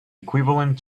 equivalent